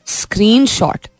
screenshot